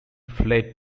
fled